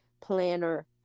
planner